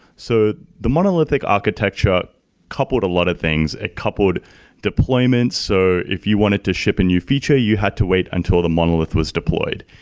so the monolithic architecture coupled a lot of things, coupled deployments. so if you wanted to ship a new feature, you had to wait until the monolith was deployed.